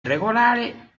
irregolare